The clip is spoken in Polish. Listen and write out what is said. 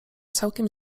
całkiem